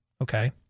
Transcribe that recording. okay